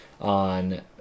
on